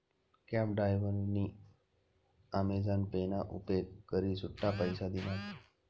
cab डायव्हरनी Amazon pay ना उपेग करी सुट्टा पैसा दिनात